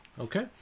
Okay